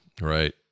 right